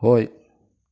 ꯍꯣꯏ